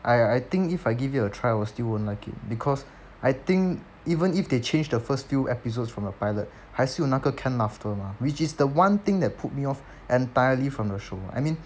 !aiya! I think if I give it a try I still won't like it because I think even if they change the first few episodes from the pilot 还是有那个 canned laughter mah which is the one thing that put me off entirely from the show I mean